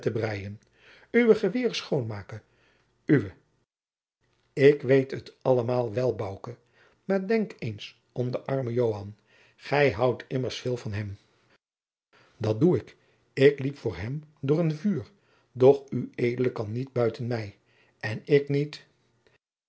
snippennetten breien uwe geweeren schoonmaken uwe ik weet het allemaal wel bouke maar denk eens om den armen joan gij houdt immers veel van hem dat doe ik ik liep voor hem door een vuur doch ued kan niet buiten mij en ik niet